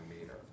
meter